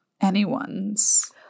anyone's